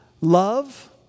love